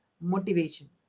motivation